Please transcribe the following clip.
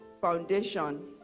foundation